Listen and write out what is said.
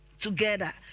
together